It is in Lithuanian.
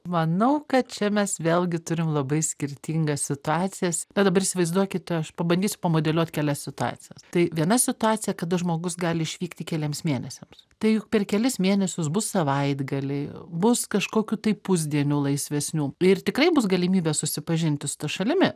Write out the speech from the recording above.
manau kad čia mes vėlgi turim labai skirtingas situacijas bet dabar įsivaizduokite aš pabandysiu pamodeliuot kelias situacijas tai viena situacija kada žmogus gali išvykti keliems mėnesiams tai juk per kelis mėnesius bus savaitgaliai bus kažkokių tai pusdienių laisvesnių ir tikrai bus galimybė susipažinti su ta šalimi